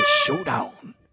showdown